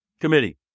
committee